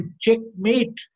checkmate